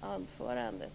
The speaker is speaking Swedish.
anförandet.